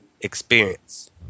experience